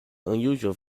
unusual